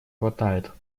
хватает